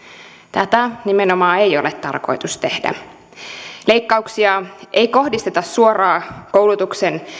tätä nimenomaan ei ole tarkoitus tehdä leikkauksia ei kohdisteta suoraan koulutuksen